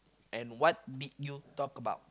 and what did you talk about